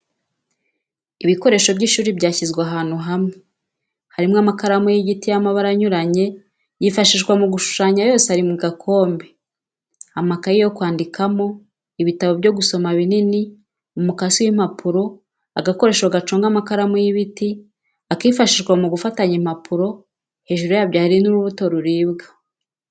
Ibikoresho by'ishuri byashyizwe ahantu hamwe harimo amakaramu y'igiti y'amabara anyuranye yifashishwa mu gushushanya yose ari mu gakombe, amakaye yo kwandikamo, ibitabo byo gusoma binini, umukasi w'impapuro, agakoresho gaconga amakaramu y'ibiti, akifashishwa mu gufatanya impapuro, hejuru yabyo hari n'urubuto ruribwa